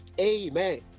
Amen